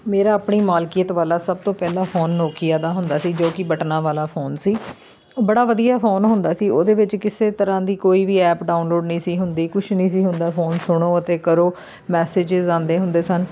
ਮੇਰਾ ਆਪਣੀ ਮਲਕੀਅਤ ਵਾਲਾ ਸਭ ਤੋਂ ਪਹਿਲਾ ਫ਼ੋਨ ਨੋਕੀਆ ਦਾ ਹੁੰਦਾ ਸੀ ਜੋ ਕਿ ਬਟਨਾਂ ਵਾਲਾ ਫ਼ੋਨ ਸੀ ਉਹ ਬੜਾ ਵਧੀਆ ਫ਼ੋਨ ਹੁੰਦਾ ਸੀ ਉਹਦੇ ਵਿੱਚ ਕਿਸੇ ਤਰ੍ਹਾਂ ਦੀ ਕੋਈ ਵੀ ਐਪ ਡਾਊਨਲੋਡ ਨਹੀਂ ਸੀ ਹੁੰਦੀ ਕੁਛ ਨਹੀਂ ਸੀ ਹੁੰਦਾ ਫ਼ੋਨ ਸੁਣੋ ਅਤੇ ਕਰੋ ਮੈਸੇਜਿਜ਼ ਆਉਂਦੇ ਹੁੰਦੇ ਸਨ